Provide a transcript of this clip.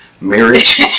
Marriage